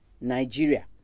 Nigeria